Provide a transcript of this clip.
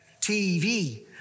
TV